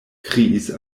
kriis